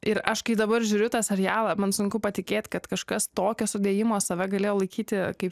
ir aš kai dabar žiūriu tą serialą man sunku patikėt kad kažkas tokio sudėjimo save galėjo laikyti kaip